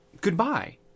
Goodbye